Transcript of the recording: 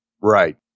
Right